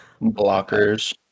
Blockers